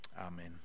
amen